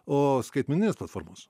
o skaitmeninės platformos